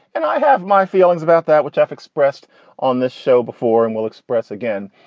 and i have my feelings about that, which i've expressed on this show before, and will express again.